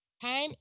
Time